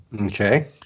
Okay